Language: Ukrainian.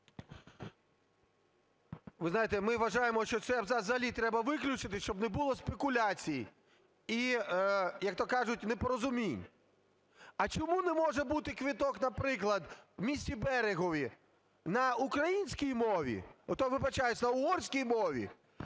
Ви знаєте, ми вважаємо, що це взагалі треба виключити, щоб не було спекуляцій і, як-то кажуть, непорозумінь. А чому не може бути квиток, наприклад, в місті Берегові на українській мові, ото вибачаюсь, на угорській мові,